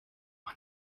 man